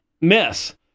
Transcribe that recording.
miss